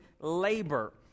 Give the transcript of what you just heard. labor